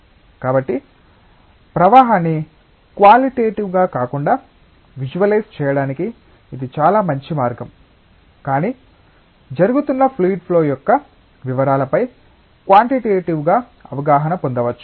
కాబట్టి ప్రవాహాన్ని క్వాలిటేటివ్ గా కాకుండా విజువలైజ్ చేయడానికి ఇది చాలా మంచి మార్గం కానీ జరుగుతున్న fluid flow యొక్క వివరాలపై క్వాంటిటేటివ్ గా అవగాహన పొందవచ్చు